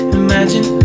imagine